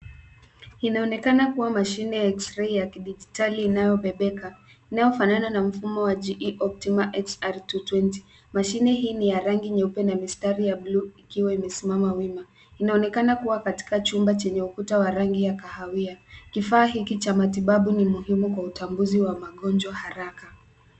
Inaonekana kuwa mashine ya eksirei ya kidijitali inayobebeka inayofanana na mfumo wa GE Optima XR220. Mashine hii ya rangi nyeupe na mistari ya buluu ikiwa imesimama wima. Inaonekana kuwa katika chumba chenye ukuta wa rangi ya kahawia. Kifaa hiki cha matibabu ni muhimu kwa utambuzi wa magonjwa haraka.